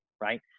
right